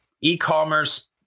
e-commerce